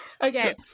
Okay